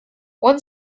one